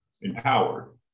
empowered